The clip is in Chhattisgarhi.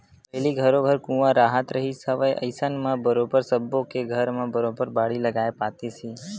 पहिली घरो घर कुँआ राहत रिहिस हवय अइसन म बरोबर सब्बो के घर म बरोबर बाड़ी लगाए पातेस ही